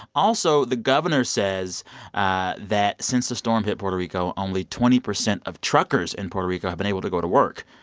also the governor says ah that since the storm hit puerto rico, only twenty percent of truckers in puerto rico have been able to go to work,